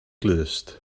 glust